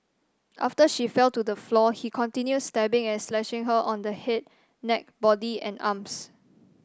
after she fell to the floor he continued stabbing and slashing her on the head neck body and arms